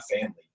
family